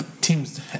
teams